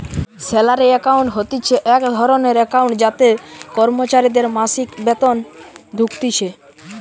salary account হতিছে এক ধরণের একাউন্ট যাতে কর্মচারীদের মাসিক বেতন ঢুকতিছে